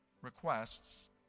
requests